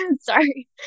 Sorry